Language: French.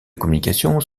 communications